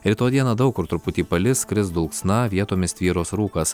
rytoj dieną daug kur truputį palis kris dulksna vietomis tvyros rūkas